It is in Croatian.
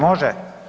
Može.